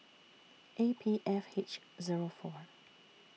A P F H Zero four